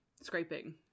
scraping